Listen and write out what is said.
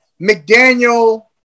McDaniel